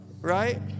right